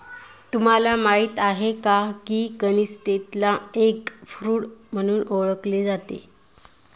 आपल्याला माहित आहे का? की कनिस्टेलला एग फ्रूट म्हणून देखील ओळखले जाते